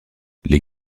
les